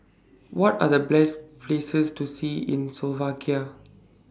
What Are The Best Places to See in Slovakia